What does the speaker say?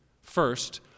first